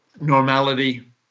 normality